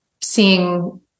seeing